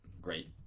great